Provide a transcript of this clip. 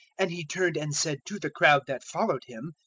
and he turned and said to the crowd that followed him,